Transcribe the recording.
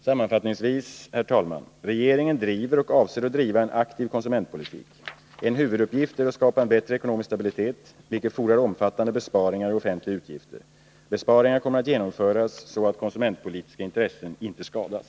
Sammanfattningsvis, herr talman: Regeringen driver och avser att driva en aktiv konsumentpolitik. En huvuduppgift är att skapa en bättre ekonomisk stabilitet vilket fordrar omfattande besparingar i offentliga utgifter. Besparingarna kommer att genomföras så att konsumentpolitiska intressen inte skadas.